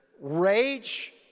rage